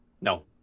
No